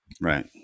right